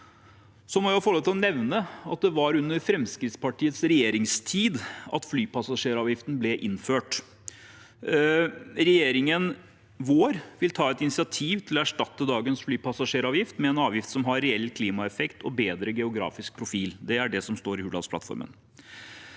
det var under Fremskrittspartiets regjeringstid flypassasjeravgiften ble innført. Regjeringen vår vil ta et initiativ til å erstatte dagens flypassasjeravgift med en avgift som har reell klimaeffekt og bedre geografisk profil. Det er det som står i Hurdalsplattformen.